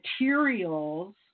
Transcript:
materials